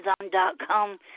Amazon.com